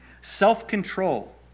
Self-control